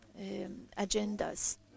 agendas